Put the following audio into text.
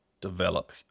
develop